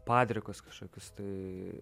padrikus kažkokius tai